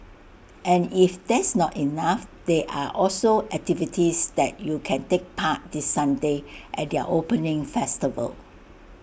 and if that's not enough there are also activities that you can take part this Sunday at their opening festival